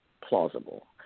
plausible